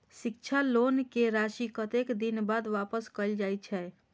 शिक्षा लोन के राशी कतेक दिन बाद वापस कायल जाय छै?